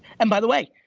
and by the way,